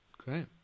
Great